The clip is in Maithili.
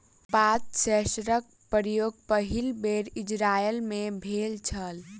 पात सेंसरक प्रयोग पहिल बेर इजरायल मे भेल छल